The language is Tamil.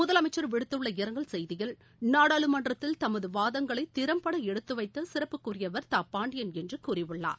முதலமைச்சர் விடுத்துள்ள இரங்கல் செய்தியில் நாடாளுமன்றத்தில் தமது வாதங்களை திறம்பட எடுத்துவைத்த சிறப்புக்குரியவர் தா பாண்டியன் என்று கூறியுள்ளார்